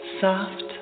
soft